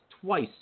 twice